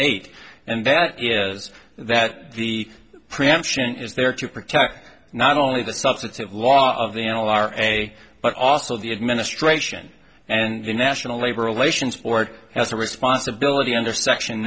eight and that is that the preemption is there to protect not only the substantive law of the an alarm a but also the administration and the national labor relations board has a responsibility under section